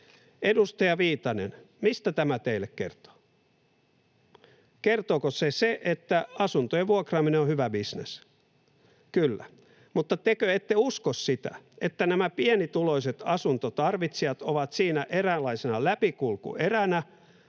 Edustaja Viitanen, mistä tämä teille kertoo? Kertooko se sen, että asuntojen vuokraaminen on hyvä bisnes? Kyllä. Mutta tekö ette usko sitä, että nämä pienituloiset asunnontarvitsijat ovat siinä eräänlaisena läpikulkueränä